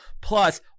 Plus